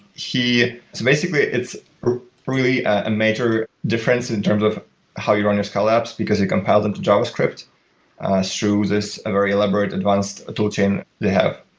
basically, it's really a major difference in terms of how you run your scala apps because you compile them to javascript through this very elaborate, advanced tool chain they have.